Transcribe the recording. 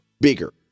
bigger